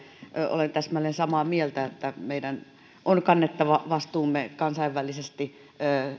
olen täsmälleen samaa mieltä meidän on kannettava vastuumme kansainvälisesti